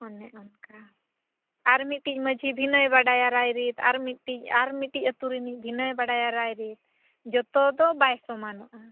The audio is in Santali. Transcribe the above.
ᱚᱱᱮ ᱚᱱᱠᱟ ᱟᱨ ᱢᱤᱫᱴᱤᱡ ᱢᱟᱹᱡᱷᱤ ᱵᱷᱤᱱᱟᱹᱭ ᱵᱟᱰᱟᱭᱟ ᱨᱟᱭᱨᱤᱛ ᱟᱨ ᱢᱤᱫᱴᱤᱡ ᱟᱹᱛᱩ ᱨᱮᱱᱤᱡ ᱵᱷᱤᱱᱟᱹᱭ ᱵᱟᱲᱟᱭᱟ ᱨᱟᱨᱤᱛ ᱡᱚᱛᱚ ᱫᱚ ᱵᱟᱭ ᱥᱚᱢᱟᱱᱚᱜᱼᱟ